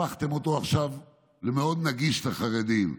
הפכתם אותו למאוד נגיש לחרדים: